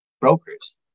brokers